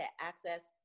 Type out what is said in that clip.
access